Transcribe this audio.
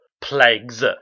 plagues